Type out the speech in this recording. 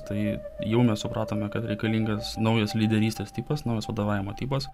tai jau mes supratome kad reikalingas naujas lyderystės tipas naujas vadovavimo tipas